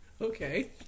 Okay